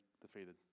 defeated